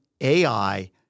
AI